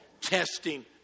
testing